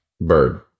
bird